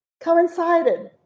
coincided